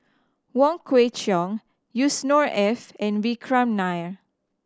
Wong Kwei Cheong Yusnor Ef and Vikram Nair